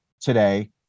today